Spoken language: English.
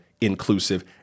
inclusive